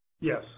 Yes